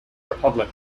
republic